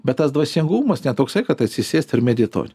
bet tas dvasingumas ne toksai kad atsisėst ir medituot